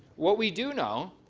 what we do know,